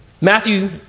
Matthew